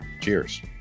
Cheers